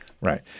Right